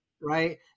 right